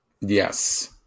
Yes